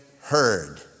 heard